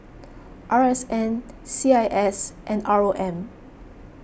R S N C I S and R O M